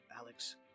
Alex